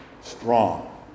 strong